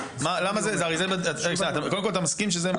קודם כל אתה מסכים שזה מנגנון לא מה שהיה עד 2005,